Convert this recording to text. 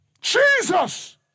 Jesus